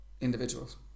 individuals